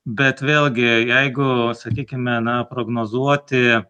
bet vėlgi jeigu sakykime na prognozuoti